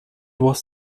was